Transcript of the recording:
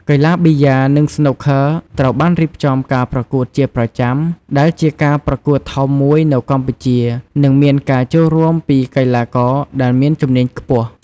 កីឡាប៊ីយ៉ា និងស្នូកឃ័រត្រូវបានរៀបចំការប្រកួតជាប្រចាំ ដែលជាការប្រកួតធំមួយនៅកម្ពុជា និងមានការចូលរួមពីកីឡាករដែលមានជំនាញខ្ពស់។